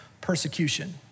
persecution